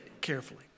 carefully